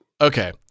Okay